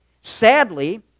Sadly